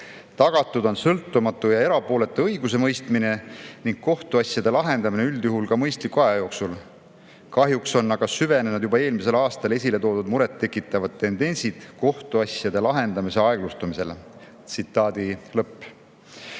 tagatud on sõltumatu ja erapooletu õigusemõistmine ning kohtuasjade lahendamine mõistliku aja jooksul. "Kahjuks aga on süvenenud ka juba eelmisel aastal esile toodud muret tekitavad tendentsid kohtuasjade lahendamise aeglustumisel." Selle